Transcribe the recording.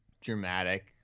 dramatic